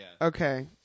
Okay